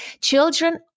Children